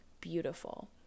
beautiful